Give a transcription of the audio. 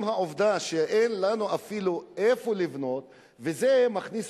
עצם העובדה שאין לנו אפילו איפה לבנות וזה מכניס